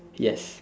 yes